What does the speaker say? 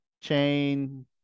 chain